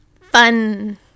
Fun